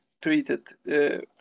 treated